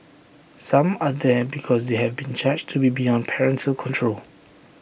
some are there because they have been judged to be beyond parental control